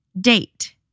date